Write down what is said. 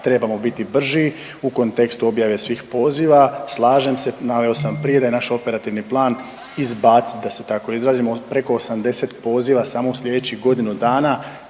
trebamo biti brži u kontekstu objave svih poziva, slažem se, naveo sam prije da je naš operativni plan izbaciti, da se tako izrazim, od preko 80 poziva samo u sljedećih godinu dana